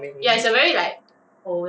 underwhelming [one]